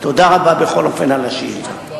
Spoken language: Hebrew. תודה רבה, בכל אופן, על השאילתא.